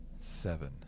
seven